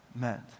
meant